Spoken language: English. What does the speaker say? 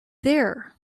there